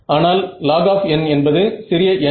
ஆனால் log என்பது சிறிய எண்